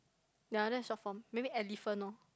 ya that's your form maybe elephant lor